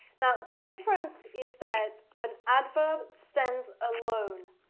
now the difference is that an adverb stands alone.